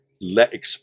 let